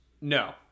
No